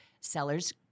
Sellers